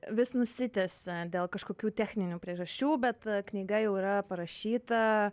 vis nusitęsia dėl kažkokių techninių priežasčių bet knyga jau yra parašyta